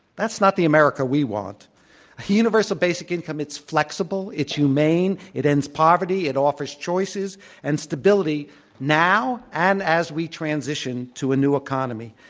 that's not the america we want. a universal basic income is flexible. it's humane. it ends poverty. it offers choices and stability now and as we transition to a new economy.